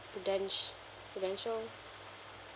prudentia~ prudential